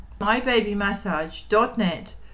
mybabymassage.net